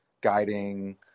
guiding